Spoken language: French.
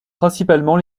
principalement